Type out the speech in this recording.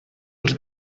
els